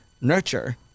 nurture